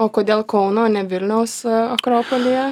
o kodėl kauno ne vilniaus akropolyje